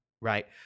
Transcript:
right